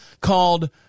called